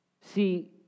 See